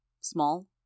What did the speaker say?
Small